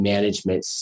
Management